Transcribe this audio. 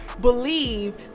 believe